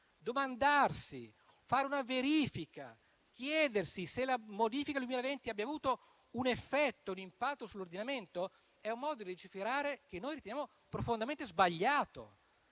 neanche fare una verifica e chiedersi se la modifica del 2020 abbia avuto un impatto sull'ordinamento è un modo di legiferare che riteniamo profondamente sbagliato.